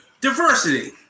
diversity